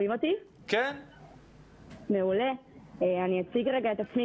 אני אציג את עצמי.